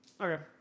Okay